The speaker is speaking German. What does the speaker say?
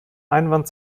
einwand